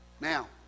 Now